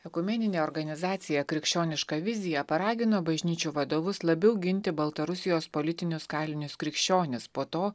ekumeninė organizacija krikščioniška vizija paragino bažnyčių vadovus labiau ginti baltarusijos politinius kalinius krikščionis po to